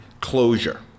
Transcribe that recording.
closure